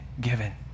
given